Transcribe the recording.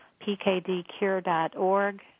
PKDCure.org